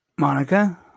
Monica